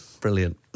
Brilliant